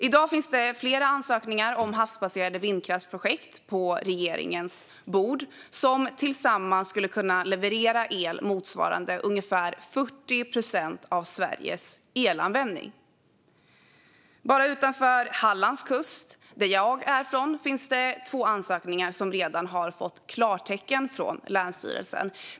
I dag finns det flera ansökningar om havsbaserade vindkraftsprojekt på regeringens bord som tillsammans skulle kunna leverera el motsvarande ungefär 40 procent av Sveriges elanvändning. Bara för området utanför Hallandskusten - jag är själv från Halland - finns det två ansökningar som redan har fått klartecken från länsstyrelsen.